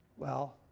well,